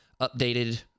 updated